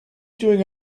doing